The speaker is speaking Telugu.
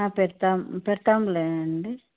ఆ పెడతాం పెడతాములెండి